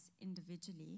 individually